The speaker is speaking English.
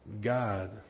God